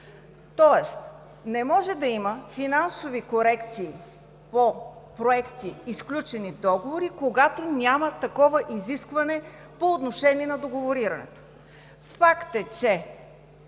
Тоест не може да има финансови корекции по проекти и сключени договори, когато няма такова изискване по отношение на договорирането. Факт е, че